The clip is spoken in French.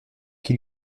qui